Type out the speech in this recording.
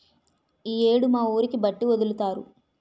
ఈ యేడు మా ఊరికి బట్టి ఒదులుతారు